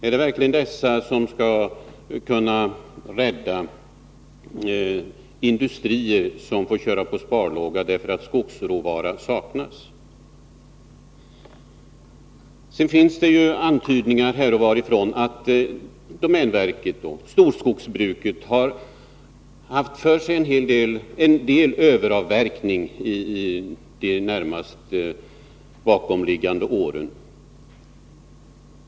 Är det dessa få som skall kunna rädda de industrier som får köra på sparlåga därför att skogsråvara saknas? Här och var finns antydningar om att domänverket och storskogsbruket har överavverkat under de närmast bakomliggande åren.